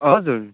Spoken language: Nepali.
हजुर